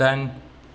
दाइन